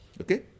okay